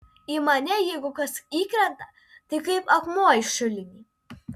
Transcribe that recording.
į mane jeigu kas įkrenta tai kaip akmuo į šulinį